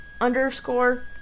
underscore